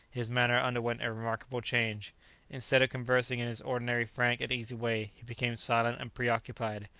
his manner underwent a remarkable change instead of conversing in his ordinary frank and easy way, he became silent and preoccupied,